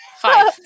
Five